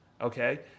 okay